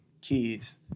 kids